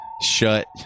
shut